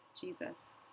Jesus